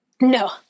No